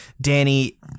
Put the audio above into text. Danny